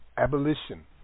Abolition